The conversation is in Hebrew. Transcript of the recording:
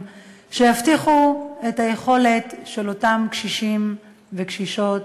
שיבטיחו את היכולת של אותם קשישים וקשישות